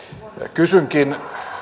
kysynkin